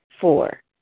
Four